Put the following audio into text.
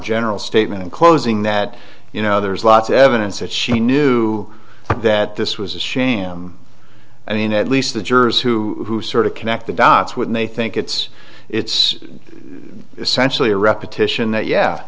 general statement in closing that you know there's lots of evidence that she knew that this was a sham i mean at least the jurors who sort of connect the dots when they think it's it's essentially repetition that yeah